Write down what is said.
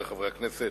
הכנסת,